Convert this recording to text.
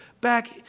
back